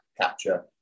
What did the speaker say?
capture